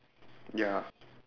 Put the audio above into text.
ya